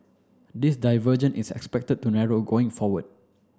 this divergence is expected to narrow going forward